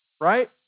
right